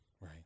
Right